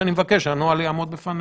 אני מבקש שהנוהל יעמוד בפניה.